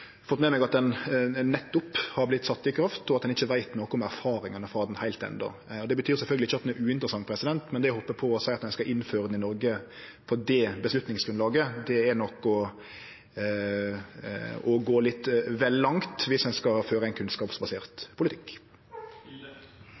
fått med meg at modellen nettopp er sett i kraft, og at ein ikkje enno veit noko om erfaringane frå han. Det betyr sjølvsagt ikkje at modellen er uinteressant, men det å hoppe på og seie at ein skal innføre han i Noreg på det avgjerdsgrunnlaget, er nok å gå litt vel langt om ein skal føre ein kunnskapsbasert